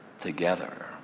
together